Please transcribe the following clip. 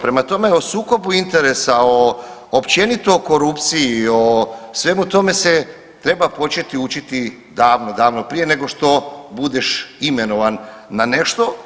Prema tome, o sukobu interesa o, općenito o korupciji, o svemu tome se treba početi učiti davno, davno prije nego što budeš imenovan na nešto.